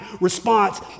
response